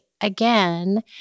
again